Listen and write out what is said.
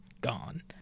gone